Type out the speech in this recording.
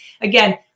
again